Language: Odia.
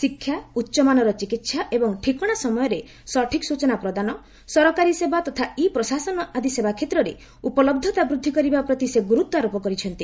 ଶିକ୍ଷା ଉଚ୍ଚମାନର ଚିକିତ୍ସା ଏବଂ ଠିକଣା ସମୟରେ ସଠିକ୍ ସୂଚନା ପ୍ରଦାନ ସରକାରୀ ସେବା ତଥା ଇ ପ୍ରଶାସନ ଆଦି ସେବା କ୍ଷେତ୍ରରେ ଉପଲହ୍ଧତା ବୃଦ୍ଧି କରିବା ପ୍ରତି ସେ ଗୁରୁତ୍ୱ ଆରୋପ କରିଛନ୍ତି